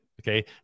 Okay